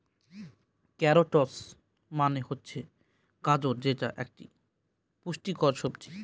carrots মানে হচ্ছে গাজর যেটা এক পুষ্টিকর সবজি